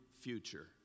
future